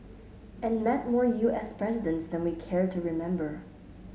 and met more U S presidents than we care to remember